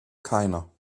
keiner